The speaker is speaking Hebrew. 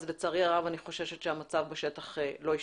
אז לצערי הרב אני חוששת שהמצב בשטח לא ישתנה.